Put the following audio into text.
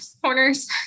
corners